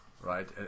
right